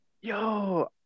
Yo